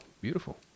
beautiful